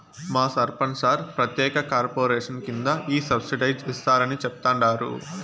మా సర్పంచ్ సార్ ప్రత్యేక కార్పొరేషన్ కింద ఈ సబ్సిడైజ్డ్ ఇస్తారని చెప్తండారు